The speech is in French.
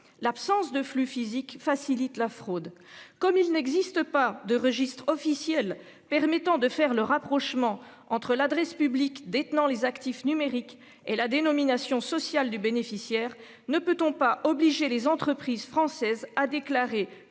l'absence de flux physique facilite la fraude comme il n'existe pas de registre officiel permettant de faire le rapprochement entre l'adresse publique détenant les actifs numériques et la dénomination sociale du bénéficiaire. Ne peut-on pas obliger les entreprises françaises, a déclaré